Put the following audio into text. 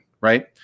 Right